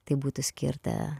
tai būtų skirta